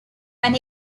when